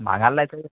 भांगार लायत कित